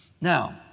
Now